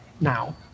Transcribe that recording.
now